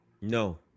No